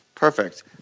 Perfect